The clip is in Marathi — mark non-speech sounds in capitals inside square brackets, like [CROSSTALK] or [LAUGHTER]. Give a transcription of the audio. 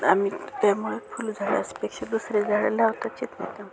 आम्ही त्यामुळं फुलझाडाच्यापेक्षा दुसरे झाडं लावता [UNINTELLIGIBLE]